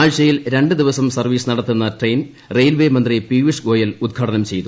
ആഴ്ചയിൽ രണ്ട് ദിവസം സർവ്വീസ് നടത്തുന്ന ട്രെയിൻ റെയിൽമന്ത്രി പിയൂഷ് ഗോയൽ ഉദ്ഘാടനം ചെയ്തു